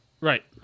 right